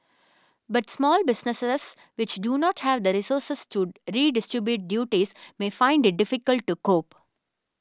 but small businesses which do not have the resources to redistribute duties may find it difficult to cope